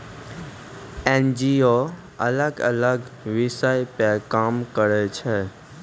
NGO अलग अलग विषयो पे काम करै छै